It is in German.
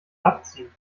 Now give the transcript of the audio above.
abziehen